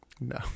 No